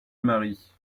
marie